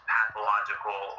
Pathological